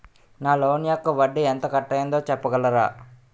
నా లోన్ యెక్క వడ్డీ ఎంత కట్ అయిందో చెప్పగలరా?